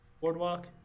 boardwalk